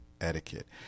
etiquette